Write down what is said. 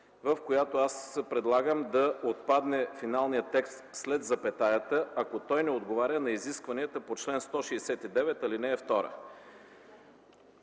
в която аз предлагам да отпадне финалният текст след запетаята „ако той не отговаря на изискванията по чл. 169, ал. 2”. Когато